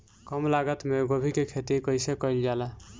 कम लागत मे गोभी की खेती कइसे कइल जाला?